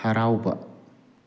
ꯍꯔꯥꯎꯕ